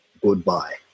goodbye